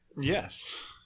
Yes